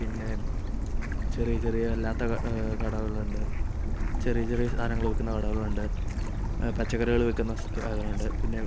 പിന്നെ ചെറിയ ചെറിയ അല്ലാത്ത കടകളുണ്ട് ചെറിയ ചെറിയ സാധനങ്ങൾ വിക്കുന്ന കടകളുണ്ട് പച്ചക്കറികൾ വിൽക്കുന്ന സ്ഥലങ്ങളുണ്ട് പിന്നെ